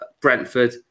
Brentford